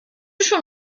schon